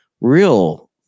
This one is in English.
real